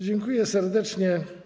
Dziękuję serdecznie.